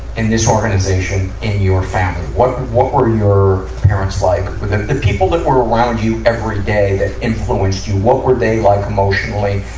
in this organization in your family. what, what were your parents like? the, the people that were around you every day that influenced you, what were they like emotionally,